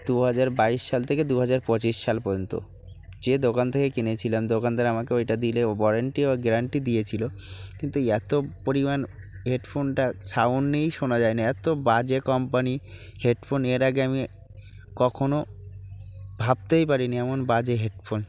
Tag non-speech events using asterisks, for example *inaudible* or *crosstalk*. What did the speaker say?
দু হাজার বাইশ সাল থেকে দু হাজার পঁচিশ সাল পর্যন্ত যে দোকান থেকে কিনেছিলাম দোকানদার আমাকে ওইটা দিলে ওয়ারেন্টি *unintelligible* গ্যারান্টি দিয়েছিল কিন্তু এই এত পরিমাণ হেডফোনটা সাউন্ডই শোনা যায় না এত বাজে কোম্পানি হেডফোন এর আগে আমি কখনও ভাবতেই পারিনি এমন বাজে হেডফোন